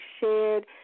shared